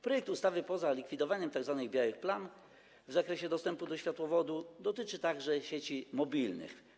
Projekt ustawy poza likwidowaniem tzw. białych plam w zakresie dostępu do światłowodu dotyczy także sieci mobilnych.